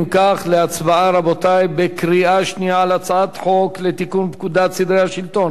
בקריאה שנייה על הצעת חוק לתיקון פקודת סדרי השלטון והמשפט (מס' 20),